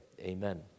amen